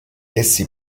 essi